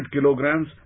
kilograms